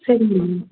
சரிங்க மேம்